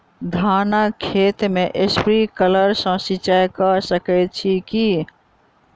धानक खेत मे स्प्रिंकलर सँ सिंचाईं कऽ सकैत छी की?